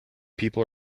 people